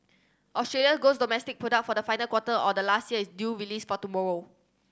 Australia gross domestic product for the final quarter of last year is due release for tomorrow